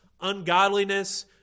ungodliness